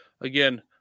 Again